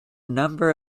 number